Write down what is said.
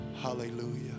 Hallelujah